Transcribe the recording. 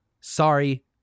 sorry